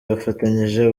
bafatanyije